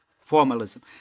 formalism